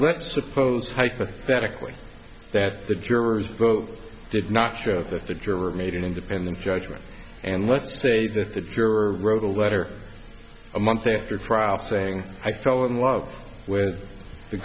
let's suppose hypothetically that the jurors vote did not show that the juror made an independent judgment and let's say that the juror wrote a letter a month after the trial saying i fell in love with the